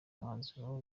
umwanzuro